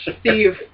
Steve